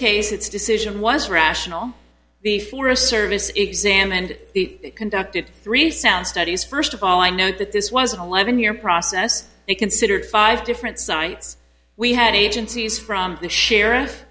case its decision was rational the forest service examined conducted three sound studies first of all i note that this was an eleven year process they considered five different sites we had agencies from the sheriff